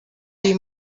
iyi